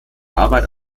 arbeit